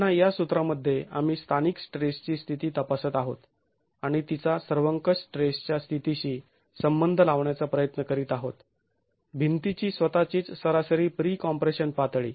पुन्हा या सूत्रामध्ये आम्ही स्थानिक स्ट्रेसची स्थिती तपासत आहोत आणि तिचा सर्वंकश स्ट्रेसच्या स्थितीशी संबंध लावण्याचा प्रयत्न करीत आहोत भिंतीची स्वतःचीच सरासरी प्री कॉम्प्रेशन पातळी